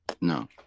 No